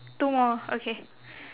two more okay